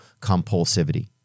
compulsivity